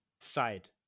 side